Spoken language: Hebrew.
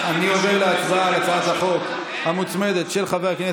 אני שמעתי את ההצעות, ואשר על כן קבעתי,